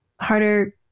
harder